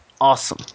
Awesome